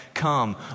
come